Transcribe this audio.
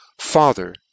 FATHER